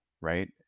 right